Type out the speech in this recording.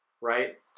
Right